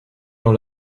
dans